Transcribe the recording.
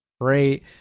great